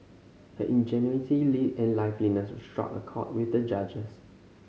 her ingenuity live and life struck a chord with the judges